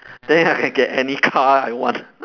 then I can get any car I want